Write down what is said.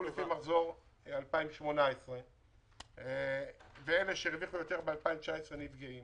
לפי מחזור 2018 ואלה שהרוויחו יותר ב-2019 נפגעים.